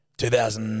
2000